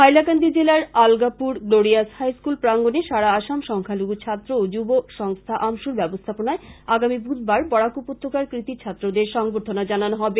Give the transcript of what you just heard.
হাইলাকান্দি জেলার Algapur glorious high school প্রাঙ্গনে সারা আসাম সংখ্যালঘু ছাত্র ও যুব সংস্থা আমসু র ব্যবস্থাপনায় আগামী বুধবার বরাক উপত্যকার কৃতী ছাত্রদের সংবর্ধনা জানানো হবে